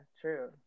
true